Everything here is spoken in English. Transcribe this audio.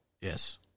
Yes